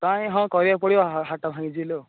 କାହିଁ ହଁ କହିବାକୁ ପଡ଼ିବ ହାଡ଼ଟା ଭାଙ୍ଗିଛି ବୋଲି ଆଉ